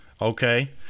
okay